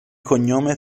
cognome